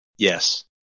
Yes